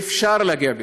ואפשר להגיע לפתרונות.